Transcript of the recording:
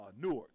Newark